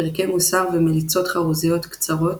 פרקי מוסר ומליצות חרוזיות קצרות,